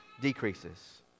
decreases